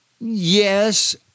Yes